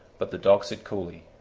but the dog said coolly,